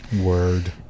word